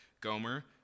Gomer